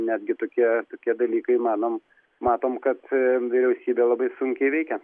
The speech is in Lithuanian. netgi tokie tokie dalykai manom matom kad vyriausybę labai sunkiai veikia